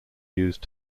used